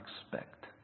expect